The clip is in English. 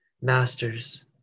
masters